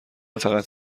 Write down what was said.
فقط